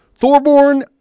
Thorborn